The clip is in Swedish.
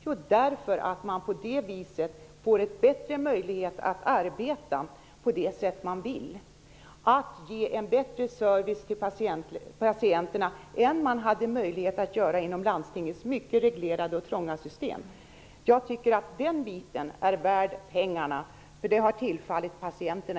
Jo, därför att man på det viset får en bättre möjlighet att arbeta på det sätt som man vill arbeta. Man kan ge en bättre service till patienterna än vad man hade möjlighet att göra inom landstingets mycket reglerade och trånga system. Jag tycker att den biten är värd pengarna, eftersom detta i första hand har tillfallit patienterna.